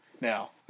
now